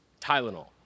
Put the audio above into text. Tylenol